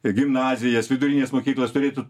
gimnazijas vidurines mokyklas turėtų